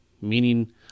meaning